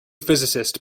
physicists